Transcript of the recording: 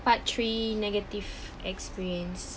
part three negative experience